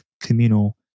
communal